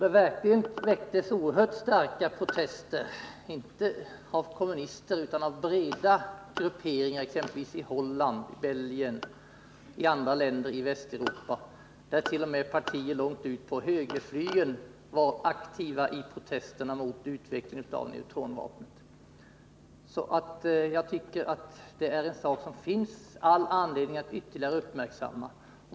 Det väckte oerhört starka protester inte bara bland kommunister utan inom breda grupperingar — i Holland, Belgien och andra länder i Västeuropa, där t.o.m. partier långt ute på högerflygeln var aktiva i protesterna mot utvecklingen av neutronvapnet. Därför tycker jag att det finns all anledning att ytterligare uppmärksamma den här saken.